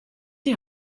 die